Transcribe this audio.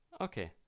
okay